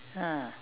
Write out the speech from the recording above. ah